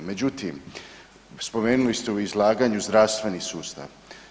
Međutim, spomenuli ste u izlaganju zdravstveni sustav.